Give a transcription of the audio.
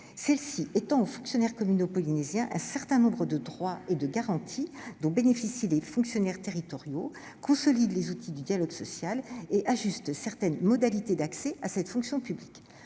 ordonnance étend aux fonctionnaires communaux polynésiens un certain nombre de droits et de garanties dont bénéficient les fonctionnaires territoriaux, consolide les outils du dialogue social et ajuste certaines modalités d'accès à cette fonction publique.